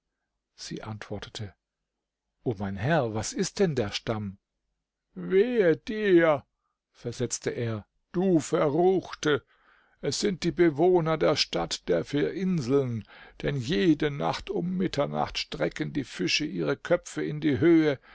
sie antwortete o mein herr was ist denn der stamm wehe dir versetzte er du verruchte es sind die bewohner der stadt der vier inseln denn jede nacht um mitternacht strecken die fische ihre köpfe in die höhe